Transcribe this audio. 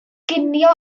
ginio